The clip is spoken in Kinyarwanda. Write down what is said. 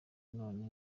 none